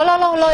לא, לא, לא.